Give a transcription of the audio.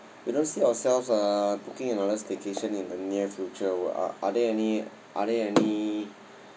we don't see ourselves uh booking another staycation in the near future were are there any are there any